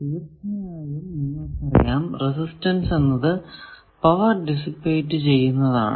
തീർച്ചയായും നിങ്ങൾക്കറിയാം റെസിസ്റ്റൻസ് എന്നത് പവർ ഡിസ്സിപ്പേറ്റ് ചെയ്യുന്നതാണ്